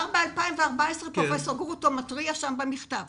ב-2014 פרופ' גרוטו מתריע במכתב